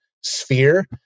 sphere